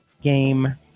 Game